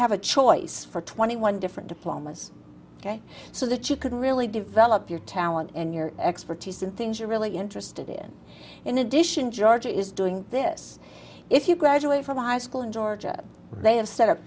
have a choice for twenty one different diplomas ok so that you can really develop your talent and your expertise in things you're really interested in in addition george is doing this if you graduate from high school in georgia they have set up